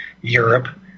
Europe